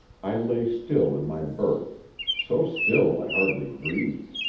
i lay still in my berth so still i hardly breathed.